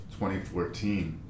2014